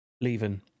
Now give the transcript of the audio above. leaving